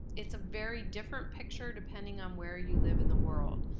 it's a very different picture depending on where you live in the world.